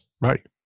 Right